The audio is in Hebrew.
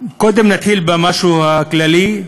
נתחיל במשהו כללי.